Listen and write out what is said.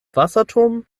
wasserturm